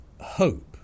hope